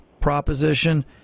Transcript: proposition